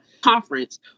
conference